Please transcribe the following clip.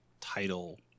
title